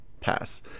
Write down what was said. pass